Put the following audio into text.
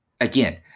again